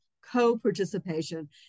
co-participation